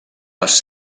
les